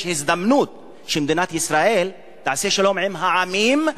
יש הזדמנות שמדינת ישראל תעשה שלום עם העמים,